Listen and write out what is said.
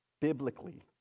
Biblically